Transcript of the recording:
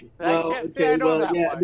Okay